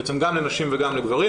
בעצם גם לנשים וגם לגברים,